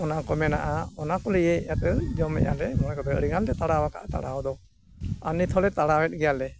ᱚᱱᱟ ᱠᱚ ᱢᱮᱱᱟᱜᱼᱟ ᱚᱱᱟ ᱠᱚᱞᱮ ᱤᱭᱟᱹᱭᱮᱜᱼᱟ ᱡᱚᱢᱮᱜᱼᱟ ᱞᱮ ᱚᱱᱟ ᱠᱚᱫᱚ ᱟᱹᱰᱤ ᱜᱟᱱ ᱞᱮ ᱛᱟᱲᱟᱣ ᱟᱠᱟᱫᱼᱟ ᱛᱟᱲᱟᱣ ᱫᱚ ᱟᱨ ᱱᱤᱛ ᱦᱚᱸᱞᱮ ᱛᱟᱲᱟᱣᱮᱫ ᱜᱮᱭᱟ ᱞᱮ